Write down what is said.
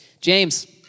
James